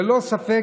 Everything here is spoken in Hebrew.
ללא ספק,